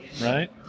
right